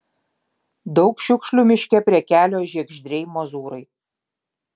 daug šiukšlių miške prie kelio žiegždriai mozūrai